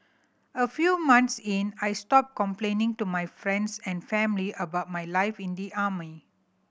a few months in I stopped complaining to my friends and family about my life in the army